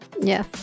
Yes